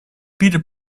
peter